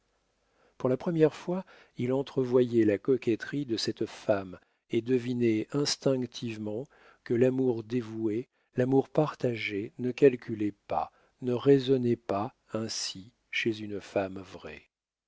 pour la première fois il entrevoyait la coquetterie de cette femme et devinait instinctivement que l'amour dévoué l'amour partagé ne calculait pas ne raisonnait pas ainsi chez une femme vraie